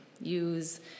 use